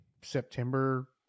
September